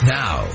now